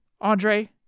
Andre